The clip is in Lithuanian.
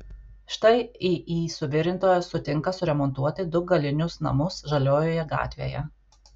štai iį suvirintojas sutinka suremontuoti du galinius namus žaliojoje gatvėje